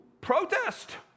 protest